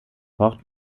port